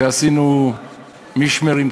שעשינו "משמרים",